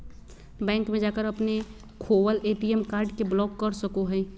bank में जाकर अपने खोवल ए.टी.एम कार्ड के ब्लॉक करा सको हइ